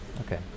okay